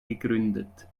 gegründet